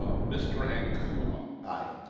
ah mr. ankuma? aye.